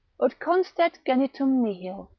ut constet genitum nihil.